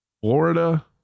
Florida